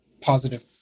positive